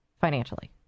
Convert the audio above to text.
financially